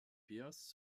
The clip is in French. pierce